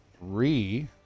Three